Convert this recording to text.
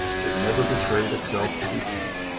it never betrayed itself to be paint.